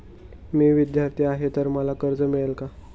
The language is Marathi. मी विद्यार्थी आहे तर मला कर्ज मिळेल का?